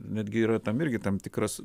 netgi yra tam irgi tam tikras